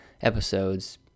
episodes